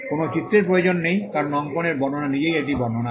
কোনও চিত্রের প্রয়োজন নেই কারণ অঙ্কনের বর্ণনা নিজেই এটি বর্ণনা করে